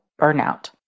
burnout